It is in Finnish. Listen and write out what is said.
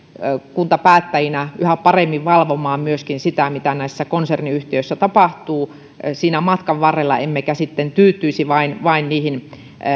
kuntapäättäjinä yhä paremmin valvomaan myöskin sitä mitä näissä konserniyhtiöissä tapahtuu siinä matkan varrella emmekä tyytyisi vain vain niihin